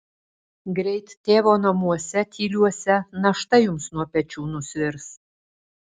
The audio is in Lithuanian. greit tėvo namuose tyliuose našta jums nuo pečių nusvirs